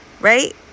right